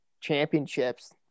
championships